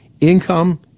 income